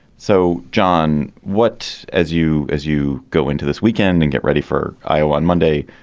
so, john, what as you as you go into this weekend and get ready for iowa on monday,